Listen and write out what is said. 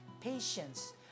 patience